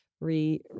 re